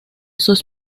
sus